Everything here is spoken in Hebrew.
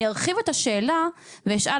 אני ארחיב את השאלה ואשאל,